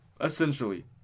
essentially